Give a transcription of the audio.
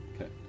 Okay